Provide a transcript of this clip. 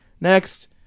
Next